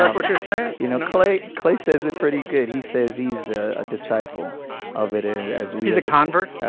ah you're saying you know clay clay says it pretty good. he says he's ah a disciple of it it as well he's a convert